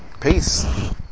Peace